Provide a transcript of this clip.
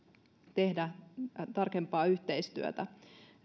tehdä tarkempaa yhteistyötä